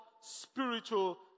spiritual